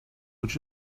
would